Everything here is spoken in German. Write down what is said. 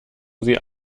sie